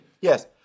Yes